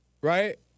Right